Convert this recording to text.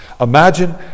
Imagine